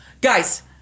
guys